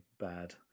bad